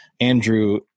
Andrew